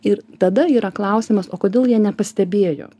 ir tada yra klausimas o kodėl jie nepastebėjo